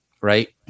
right